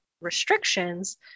restrictions